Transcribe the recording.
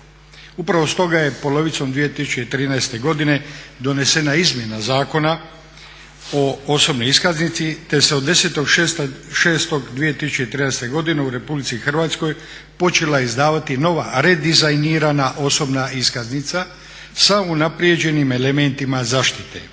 Upravo stoga je polovicom 2013.godine donesene izmjena Zakona o osobnoj iskaznici te se od 10.6.2013.godine u RH počela izdavati nova redizajnirana osobna iskaznica sa unaprijeđenim elementima zaštite